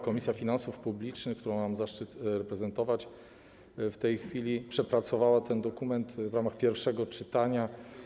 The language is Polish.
Komisja Finansów Publicznych, którą mam zaszczyt reprezentować, przepracowała ten dokument w ramach pierwszego czytania.